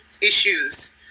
issues